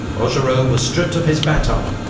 augereau was stripped of his baton,